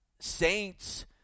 saints